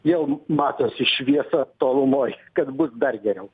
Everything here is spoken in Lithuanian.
jau matosi šviesa tolumoj kad bus dar geriau